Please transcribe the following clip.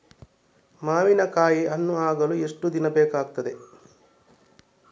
ಮಾವಿನಕಾಯಿ ಹಣ್ಣು ಆಗಲು ಎಷ್ಟು ದಿನ ಬೇಕಗ್ತಾದೆ?